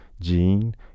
gene